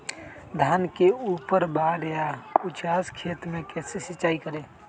धान के ऊपरवार या उचास खेत मे कैसे सिंचाई करें?